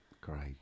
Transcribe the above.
Great